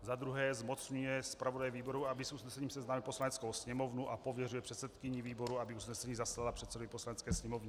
Za druhé zmocňuje zpravodaje výboru, aby s usnesením seznámil Poslaneckou sněmovnu, a pověřil předsedkyni výboru, aby usnesení zaslala předsedovi Poslanecké sněmovny.